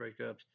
breakups